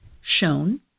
shown